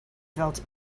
felt